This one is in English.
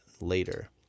later